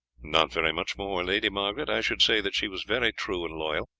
not very much more, lady margaret. i should say that she was very true and loyal.